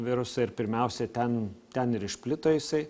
virusą ir pirmiausia ten ten ir išplito jisai